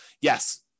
yes